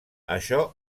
això